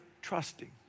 trusting